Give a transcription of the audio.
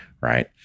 Right